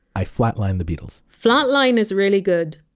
i flatline the beatles. flatline is really good.